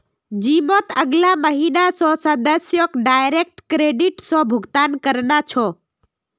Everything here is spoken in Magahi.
जिमत अगला महीना स सदस्यक डायरेक्ट क्रेडिट स भुक्तान करना छ